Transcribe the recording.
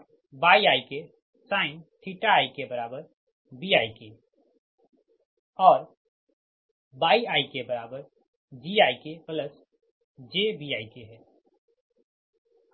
ik BikYikGikjBik